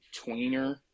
tweener